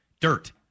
Dirt